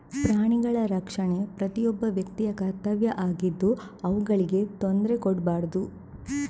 ಪ್ರಾಣಿಗಳ ರಕ್ಷಣೆ ಪ್ರತಿಯೊಬ್ಬ ವ್ಯಕ್ತಿಯ ಕರ್ತವ್ಯ ಆಗಿದ್ದು ಅವುಗಳಿಗೆ ತೊಂದ್ರೆ ಕೊಡ್ಬಾರ್ದು